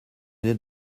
n’est